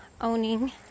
owning